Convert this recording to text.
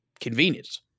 convenience